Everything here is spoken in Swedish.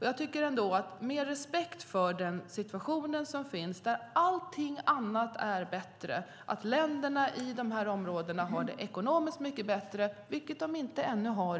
Jag har respekt för den situation som finns där allt annat är bättre och för att länderna i dessa områden kan få det ekonomiskt mycket bättre, vilket de inte har i dag.